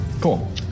Cool